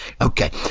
Okay